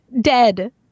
dead